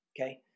Okay